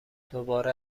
دوباره